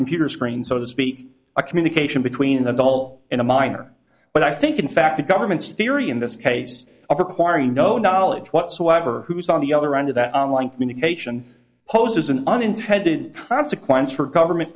computer screen so to speak a communication between a goal and a minor but i think in fact the government's theory in this case of acquiring no knowledge whatsoever who's on the other end of that online communication poses an unintended consequence for government